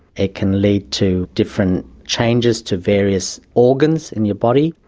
it can lead to different changes to various organs in your body,